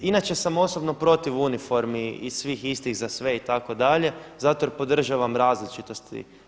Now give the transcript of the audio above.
Inače sam osobno protiv uniformi i svih istih za sve itd. zato jer podržavam različitosti.